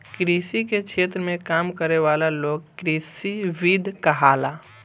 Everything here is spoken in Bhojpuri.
कृषि के क्षेत्र में काम करे वाला लोग कृषिविद कहाला